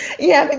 yeah.